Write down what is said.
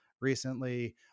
recently